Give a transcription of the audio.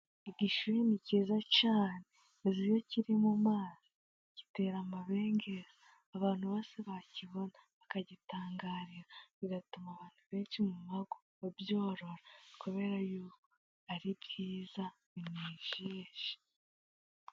Igishuhe ni cyiza cyane. Uzi iyo kiri mu mazi giteye amabengeza. Abantu bose bakibona bakagitangarira, bigatuma abantu benshi mu mago babyorora, kubera y'uko ari byiza binejeje.